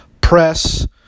press